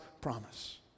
promise